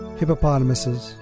hippopotamuses